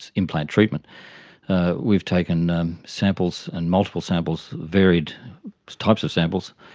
implant treatment we've taken um samples and multiple samples, varied types of samples